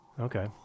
okay